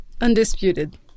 Undisputed